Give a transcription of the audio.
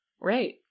Right